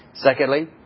Secondly